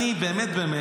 אני מכיר אותך